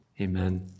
amen